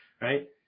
right